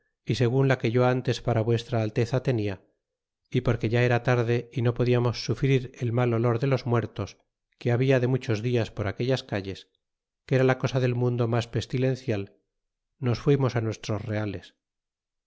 y segun la que yo ntes e para vuestra alteza tenia y porque ya era tarde y no podiatnos sufrir el mal olor de los muertos que habia de muchos dias e por aquellas cal es que era la cosa del mutado mas pestilencial e nos fuimos nuestros reals